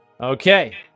okay